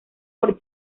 por